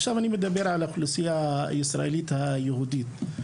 אני מדבר על האוכלוסייה הישראלית היהודית.